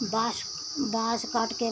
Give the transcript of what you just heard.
बांस बांस काट के